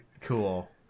Cool